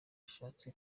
ashatse